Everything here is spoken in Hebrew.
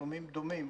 דומים.